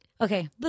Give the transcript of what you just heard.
Okay